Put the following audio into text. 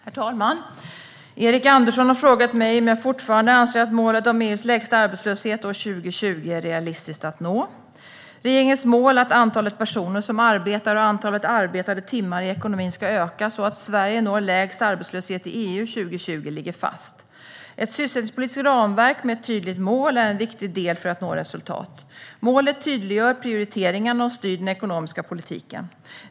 Herr talman! Erik Andersson har frågat mig om jag fortfarande anser att målet om EU:s lägsta arbetslöshet år 2020 är realistiskt att nå. Regeringens mål att antalet personer som arbetar och antalet arbetade timmar i ekonomin ska öka så att Sverige når lägst arbetslöshet i EU 2020 ligger fast. Ett sysselsättningspolitiskt ramverk med ett tydligt mål är en viktig del för att nå resultat. Målet tydliggör prioriteringarna och styr den ekonomiska politiken.